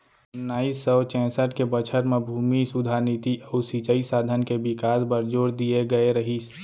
ओन्नाइस सौ चैंसठ के बछर म भूमि सुधार नीति अउ सिंचई साधन के बिकास बर जोर दिए गए रहिस